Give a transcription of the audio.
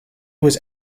was